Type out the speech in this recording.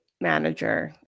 manager